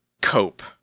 cope